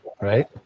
right